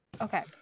okay